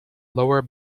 lower